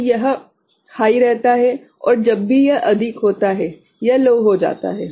तो यह हाइ रहता है और जब भी यह अधिक होता है यह लो हो जाता है